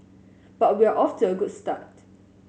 but we're off to a good start